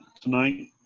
tonight